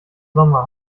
sommer